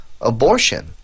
abortion